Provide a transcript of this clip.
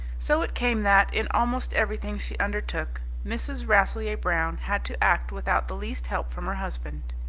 so it came that, in almost everything she undertook mrs. rasselyer-brown had to act without the least help from her husband.